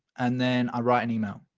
and then i write an email.